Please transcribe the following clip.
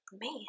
man